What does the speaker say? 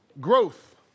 Growth